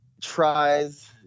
tries –